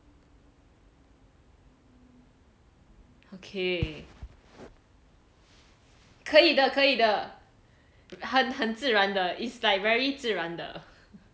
okay 可以的可以的很自然的 is like very 自然的